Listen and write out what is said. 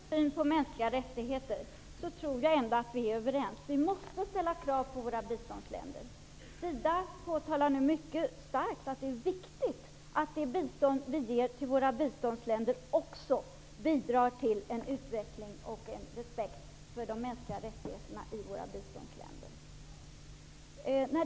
När det gäller synen på mänskliga rättigheter tror jag ändå att vi är överens. Vi måste ställa krav på våra biståndsländer. SIDA betonar nu mycket starkt vikten av att det bistånd vi ger till våra biståndsländer bidrar till en utveckling av respekten för de mänskliga rättigheterna där.